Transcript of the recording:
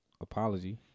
apology